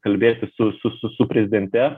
kalbėtis su su su su prezidente